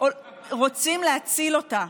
רוצים להציל אותה.